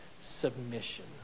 submission